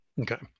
Okay